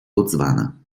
botswana